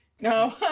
No